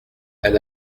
elle